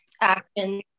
action